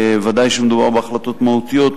בוודאי כשמדובר בהחלטות מהותיות,